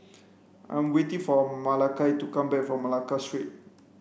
I'm waiting for Malakai to come back from Malacca Street